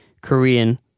Korean